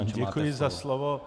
Děkuji za slovo.